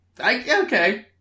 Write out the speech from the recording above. Okay